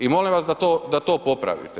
I molim vas da to popravite.